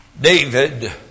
David